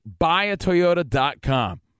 buyatoyota.com